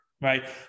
right